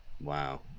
Wow